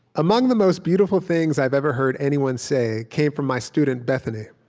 among the most beautiful things i've ever heard anyone say came from my student bethany,